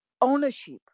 ownership